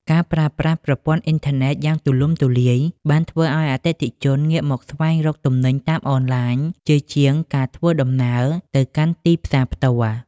ការប្រើប្រាស់ប្រព័ន្ធអ៊ីនធឺណិតយ៉ាងទូលំទូលាយបានធ្វើឱ្យអតិថិជនងាកមកស្វែងរកទំនិញតាមអនឡាញ ជាជាងការធ្វើដំណើរទៅកាន់ទីផ្សារផ្ទាល់។